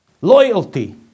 Loyalty